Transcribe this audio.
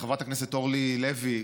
חברת הכנסת אורלי לוי,